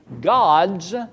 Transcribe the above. gods